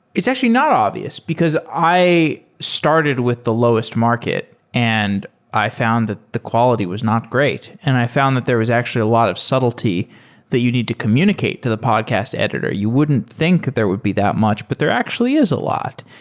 it's actually not obvious, because i started with the lowest market, and i found that the quality was not great. and i found that there is actually a lot of subtlety that you need to communicate to the podcast editor. you wouldn't think that there would be that much, but there actually is a lot.